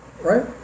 Right